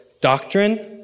doctrine